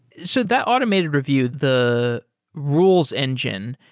so that automated review, the rules engine,